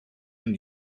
and